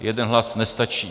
Jeden hlas nestačí.